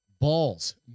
balls